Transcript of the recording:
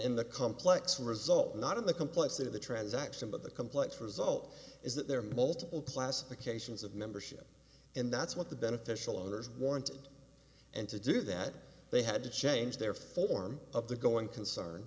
in the complex result not in the complexity of the transaction but the complex result is that there are multiple classifications of membership and that's what the beneficial owners wanted and to do that they had to change their form of the going concern